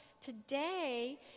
Today